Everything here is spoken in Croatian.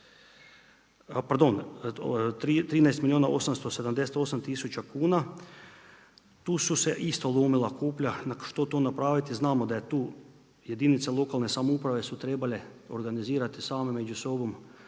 Pardon 13 milijuna 878 tisuća kuna. Tu su se isto lomila koplja, na što to napraviti. Znamo da je tu jedinica lokalne samouprave su trebale organizirati same među sobom